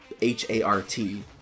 H-A-R-T